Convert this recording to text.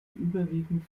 überwiegend